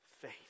faith